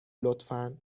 لطفا